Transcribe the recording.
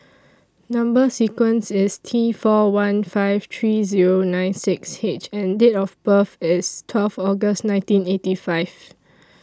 Number sequence IS T four one five three Zero nine six H and Date of birth IS twelve August nineteen eighty five